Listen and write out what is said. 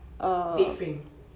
bed frame